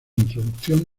introducción